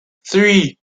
three